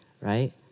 right